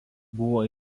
buvo